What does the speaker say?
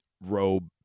robe